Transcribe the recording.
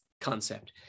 concept